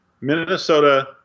Minnesota